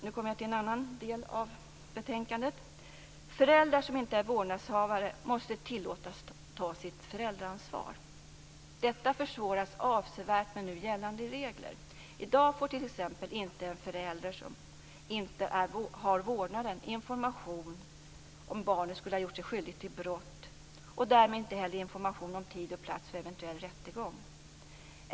Nu kommer jag till en annan del av betänkandet. Föräldrar som inte är vårdnadshavare måste tillåtas att ta sitt föräldraansvar. Detta försvåras avsevärt med nu gällande regler. I dag får t.ex. inte en förälder som inte har vårdnaden information om barnet skulle ha gjort sig skyldigt till brott och därmed inte heller information om tid och plats för en eventuell rättegång.